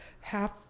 half